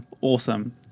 Awesome